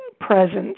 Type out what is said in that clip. presence